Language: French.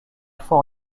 fois